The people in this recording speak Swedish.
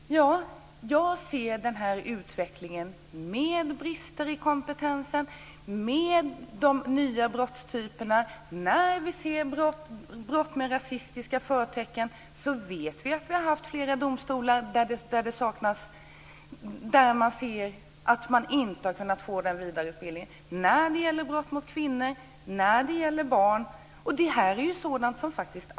Fru talman! Jag ser den här utvecklingen med brister i kompetensen, med de nya brottstyperna osv. När det gäller t.ex. brott med rasistiska förtecken finns det flera domstolar där personalen inte har kunnat få den vidareutbildning som behövs. Det gäller också brott mot kvinnor och mot barn.